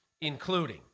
including